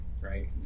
right